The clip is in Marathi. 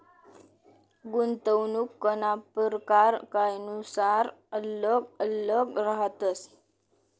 गुंतवणूकना परकार कायनुसार आल्लग आल्लग रहातस